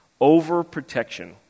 overprotection